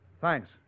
Thanks